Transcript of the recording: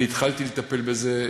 אני התחלתי לטפל בזה,